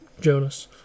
Jonas